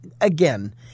again